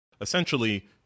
essentially